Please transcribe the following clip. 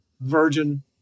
virgin